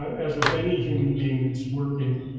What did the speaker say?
as with any human being that's working